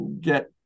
get